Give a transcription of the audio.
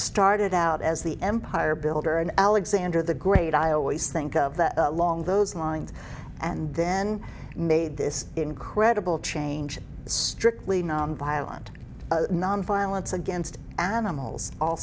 started out as the empire builder and alexander the great i always think of that along those lines and then made this incredible change strictly nonviolent nonviolence against animals al